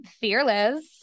fearless